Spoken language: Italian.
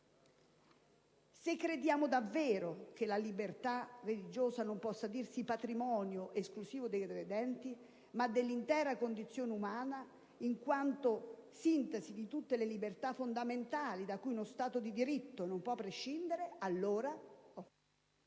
Se crediamo davvero che la libertà religiosa non possa dirsi patrimonio esclusivo dei credenti ma dell'intera condizione umana, in quanto sintesi di tutte le libertà fondamentali da cui uno Stato di diritto non può prescindere, allora